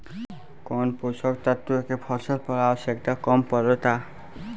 कौन पोषक तत्व के फसल पर आवशयक्ता कम पड़ता?